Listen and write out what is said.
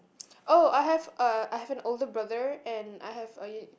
oh I have uh I have an older brother and I have a y~